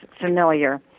familiar